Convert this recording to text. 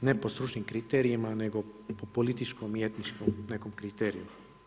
ne po stručnim kriterijima, nego po političkom i etničkom nekom kriteriju.